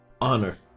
Honor